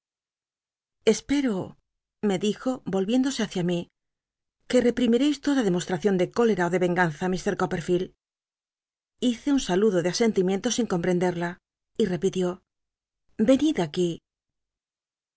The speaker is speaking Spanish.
aquí espero me dijo y ohiéndosc h icia mi que reprimircis toda demostracion de cólera ó de ycnganz t ir copperficld hice un saludo de asentimiento sin comprenderla y repitió fenid aquí